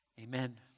Amen